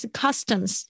customs